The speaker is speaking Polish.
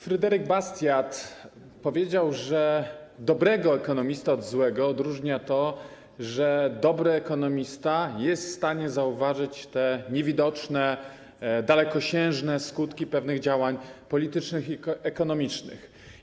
Fryderyk Bastiat powiedział, że dobrego ekonomistę od złego odróżnia to, że dobry ekonomista jest w stanie zauważyć te niewidoczne, dalekosiężne skutki pewnych działań politycznych i ekonomicznych.